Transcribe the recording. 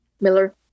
Miller